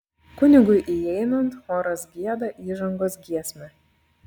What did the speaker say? kunigui įeinant choras gieda įžangos giesmę